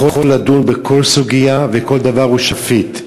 יכול לדון בכל סוגיה וכל דבר הוא שפיט.